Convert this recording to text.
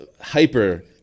hyper-